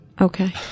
okay